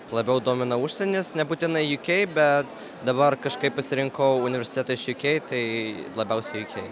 labiau domina užsienis nebūtinai ju kei bet dabar kažkaip pasirinkau universitetą iš ju kei tai labiausiai ju kei